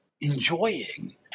enjoying